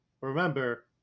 remember